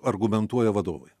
argumentuoja vadovai